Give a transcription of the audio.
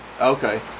Okay